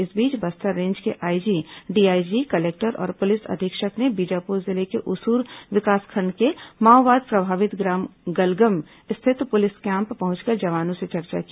इस बीच बस्तर रेंज के आईजी डीआईजी कलेक्टर और पुलिस अधीक्षक ने बीजापुर जिले के उसूर विकासखंड के माओवाद प्रभावित ग्राम गलगम स्थित पुलिस कैम्प पहुंचकर जवानों से चर्चा की